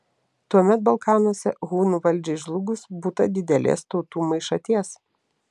tuomet balkanuose hunų valdžiai žlugus būta didelės tautų maišaties